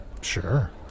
Sure